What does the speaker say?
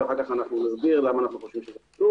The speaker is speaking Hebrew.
ואנחנו נסביר למה אנחנו חושבים שזה חשוב